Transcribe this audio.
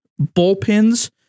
bullpens